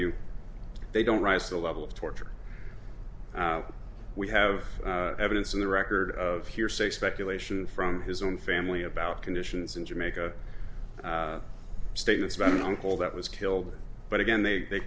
you they don't rise to the level of torture we have evidence in the record of hearsay speculation from his own family about conditions in jamaica statements about uncle that was killed but again they